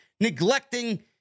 neglecting